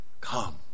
Come